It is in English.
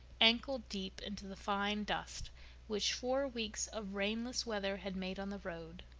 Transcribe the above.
ankle deep into the fine dust which four weeks of rainless weather had made on the road,